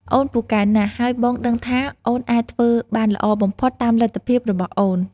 អូនពូកែណាស់ ហើយបងដឹងថាអូនអាចធ្វើបានល្អបំផុតតាមលទ្ធភាពរបស់អូន។